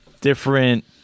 different